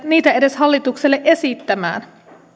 niitä edes hallitukselle esittämään